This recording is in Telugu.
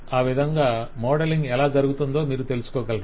ఆ విధంగా మోడలింగ్ ఎలా జరుగుతుందో మీరు తెలుసుకోగలరు